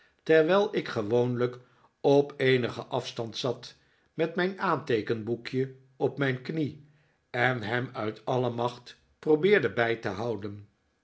terwijl ik gewoonlijk op eenigen af stand zat met mijn aanteekenboekje op mijn knie en hem uit alle macht probeerde bij te houden